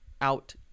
out